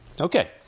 Okay